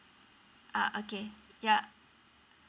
uh okay yeah